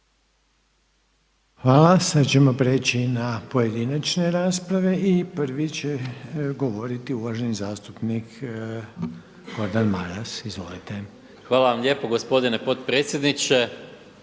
Hvala. Sad ćemo preći na pojedinačne rasprave i prvi će govoriti uvaženi zastupnik Gordan Maras. Izvolite. **Maras, Gordan (SDP)** Hvala vam lijepo gospodine potpredsjedniče.